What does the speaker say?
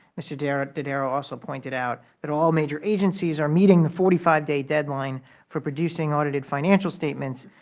mr. dodaro dodaro also pointed out that all major agencies are meeting the forty five day deadline for producing audited financial statements,